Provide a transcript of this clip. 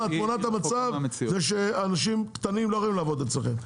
תמונת המצב היא שעסקים קטנים לא יכולים לעבוד אצלכם.